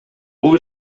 бул